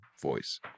voice